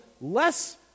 less